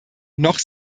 noch